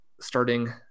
starting